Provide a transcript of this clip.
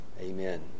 Amen